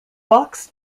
box